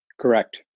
Correct